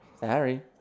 Sorry